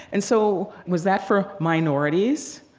and so was that for minorities?